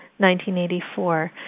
1984